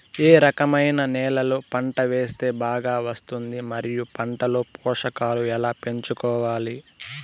ఏ రకమైన నేలలో పంట వేస్తే బాగా వస్తుంది? మరియు పంట లో పోషకాలు ఎలా పెంచుకోవాలి?